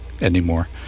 anymore